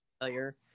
failure